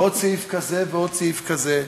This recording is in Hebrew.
ועוד סעיף כזה ועוד סעיף כזה.